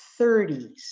30s